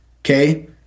Okay